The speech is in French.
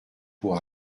pour